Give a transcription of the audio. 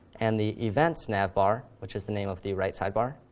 and the events navbar, which is the name of the right sidebar.